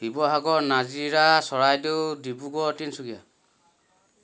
Sivasagar Nazira Charaideo Dibrugarh Tinsukia